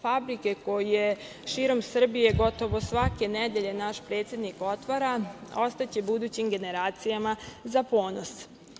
Fabrike koje širom Srbije gotovo svake nedelje naš predsednik otvara, ostaće budućim generacijama za ponos.